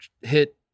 hit